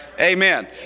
Amen